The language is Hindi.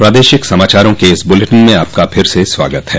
प्रादेशिक समाचारों के इस बुलेटिन में आपका फिर से स्वागत है